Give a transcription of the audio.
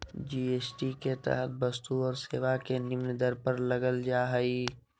GST के तहत वस्तु और सेवा के निम्न दर पर लगल जा हइ